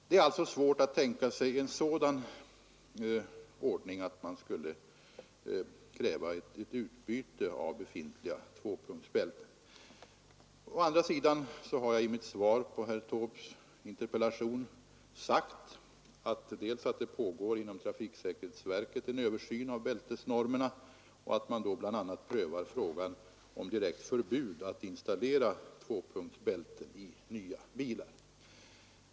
Det är alltså svårt att genomföra ett utbyte av befintliga tvåpunktsbälten. Å andra sidan har jag i mitt svar på herr Taubes interpellation sagt att det pågår inom trafiksäkerhetsverket en översyn av bältesnormerna och att man då bl.a. prövar frågan om direkt förbud att installera tvåpunktsbälte i nya bilar.